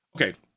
Okay